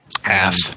Half